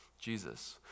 Jesus